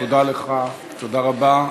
תודה לך, תודה רבה.